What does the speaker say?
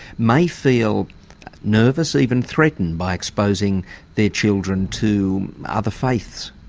may feel nervous, even threatened by exposing their children to other faiths?